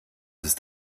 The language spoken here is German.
ist